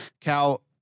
Cal